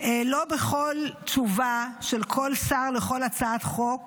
לא בכל תשובה של כל שר לכל הצעת חוק